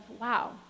wow